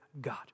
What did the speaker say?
God